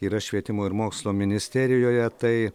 yra švietimo ir mokslo ministerijoje tai